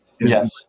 Yes